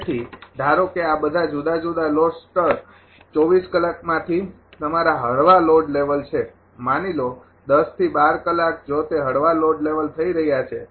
તેથી ધારો કે આ બધા જુદા જુદા લોડ સ્તર 24 કલાકમાંથી તમારા હળવા લોડ લેવલ છે માની લો ૧૦ થી ૧૨ કલાક જો તે હળવા લોડ લેવલ થઈ રહ્યા છે